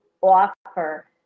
offer